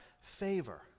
favor